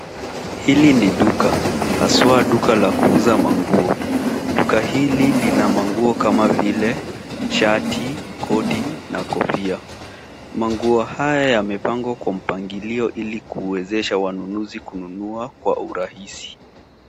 Hili ni duka, haswa duka la manguo, duka hili lina manguo kama vile shati, koti na kofia. Manguo haya yamepangwa kwa mpangilio ili kuwezesha wanunuzi kununua kwa urahisi.